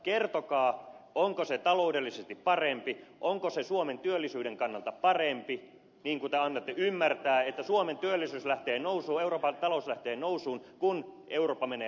kertokaa onko se taloudellisesti parempi onko se suomen työllisyyden kannalta parempi niin kuin te annatte ymmärtää että suomen työllisyys lähtee nousuun euroopan talous lähtee nousuun kun eurooppa menee lamaan